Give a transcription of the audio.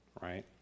right